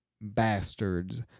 bastards